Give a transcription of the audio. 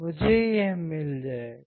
मुझे यह मिल जाएगा